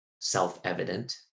self-evident